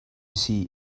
see